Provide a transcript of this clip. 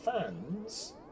fans